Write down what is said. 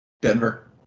Denver